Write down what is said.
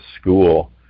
school